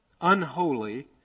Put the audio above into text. unholy